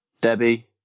Debbie